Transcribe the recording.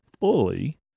fully